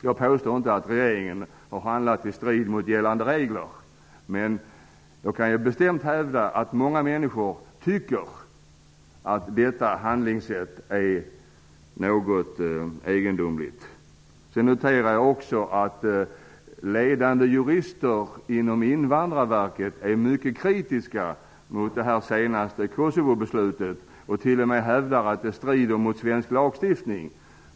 Jag påstår inte att regeringen har handlat i strid med gällande regler, men jag kan bestämt hävda att många människor tycker att detta handlingssätt är något egendomligt. Jag noterar också att ledande jurister inom Invandrarverket är mycket kritiska mot det senaste beslutet om kosovoalbanerna och t.o.m. hävdar att det strider mot svensk lagstiftning.